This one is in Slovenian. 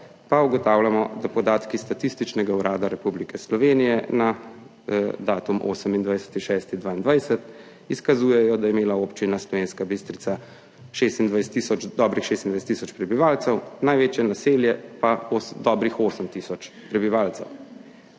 pa ugotavljamo, da podatki Statističnega urada Republike Slovenije na dan 28. 6. 2022 izkazujejo, da je imela Občina Slovenska Bistrica dobrih 26 tisoč prebivalcev, največje naselje pa dobrih osem tisoč prebivalcev.